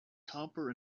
copper